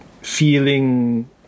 feeling